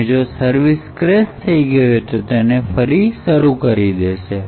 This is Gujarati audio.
અને જો સર્વિસ ક્રેશ થઈ ગઈ હોય તો તેને ફરી શરૂ કરી દેશે